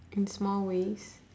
in small ways